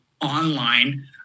online